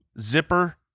zipper